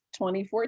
2014